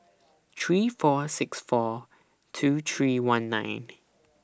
three four six four two three one nine